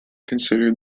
consider